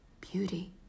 beauty